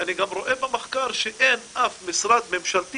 אני גם רואה במחקר שאין אף משרד ממשלתי